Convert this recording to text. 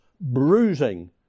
bruising